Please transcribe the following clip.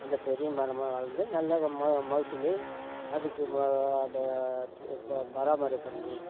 அந்த பெரிய மரமாக வளர்ந்து நல்ல அந்த மகசூல் அதுக்கு மேலே அதை ப பராமரி பண்ணி